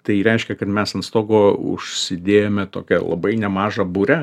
tai reiškia kad mes ant stogo užsidėjome tokią labai nemažą burę